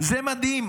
זה מדהים.